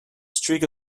streak